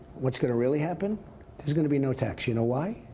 what's going to really happen there's going to be no tax. you know why?